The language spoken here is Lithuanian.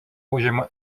užima